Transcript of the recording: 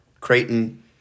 creighton